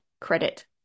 credit